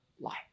life